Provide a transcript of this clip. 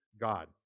God